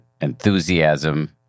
enthusiasm